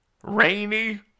Rainy